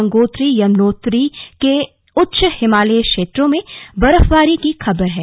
गंगोत्री और यमुनोत्री के उच्च हिमालयी क्षेत्र में भी बर्फबारी की खबर है